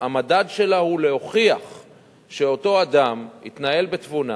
המדד שלה הוא להוכיח שאותו אדם התנהל בתבונה,